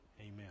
Amen